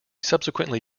subsequently